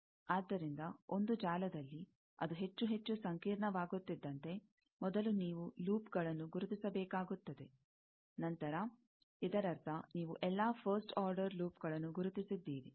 ಆದ್ದರಿಂದ ಒಂದು ಜಾಲದಲ್ಲಿ ಅದು ಹೆಚ್ಚು ಹೆಚ್ಚು ಸಂಕೀರ್ಣವಾಗುತ್ತಿದ್ದಂತೆ ಮೊದಲು ನೀವು ಲೂಪ್ಗಳನ್ನು ಗುರುತಿಸಬೇಕಾಗುತ್ತದೆ ನಂತರ ಇದರರ್ಥ ನೀವು ಎಲ್ಲಾ ಫಸ್ಟ್ ಆರ್ಡರ್ ಲೂಪ್ಗಳನ್ನು ಗುರುತಿಸಿದ್ದೀರಿ